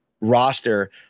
roster